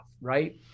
right